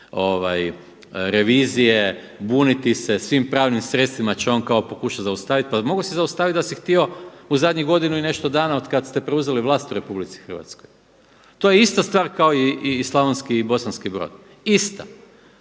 revizije, buniti se. Svim pravnim sredstvima će on kao pokušati zaustaviti. Pa mogao si zaustaviti da si htio u zadnjih godinu i nešto dana od kad ste preuzeli vlast u RH. To je ista stvar kao i Slavonski i Bosanski Brod. Ista.